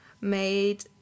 made